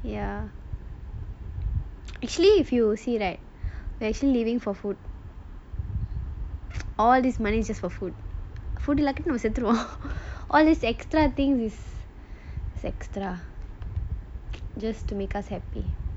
ya actually if you see right we are actually living for food all this money just for food food இல்லாட்டி நம்ம செத்துருவோம்:illaati naama sethuruvom all this extra thing is extra just to make us happy